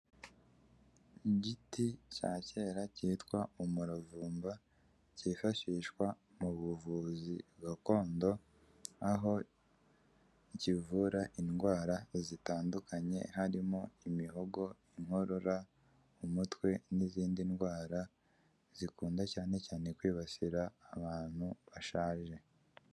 Igiti cya kera cyitwa umuravumba cyifashishwa mu buvuzi gakondo, aho kivura indwara zitandukanye harimo imihogo, inkorora, umutwe n'izindi ndwara zikunda cyane cyane kwibasira abantu bashaje.